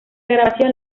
grabación